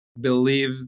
Believe